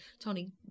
Tony